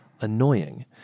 annoying